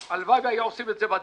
הלוואי שהיו עושים את זה בדיור,